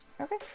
Okay